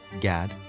Gad